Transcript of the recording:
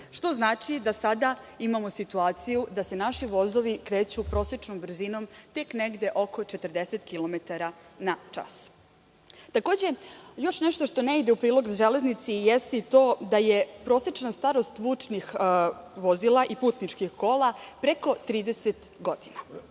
što znači da sada imamo situaciju da se naši vozovi kreću prosečnom brzinom tek negde oko 40 kilometara na čas. Takođe, još nešto što ne ide u prilog železnici jeste i to da je prosečna starost vučnih vozila i putničkih kola preko 30 godina.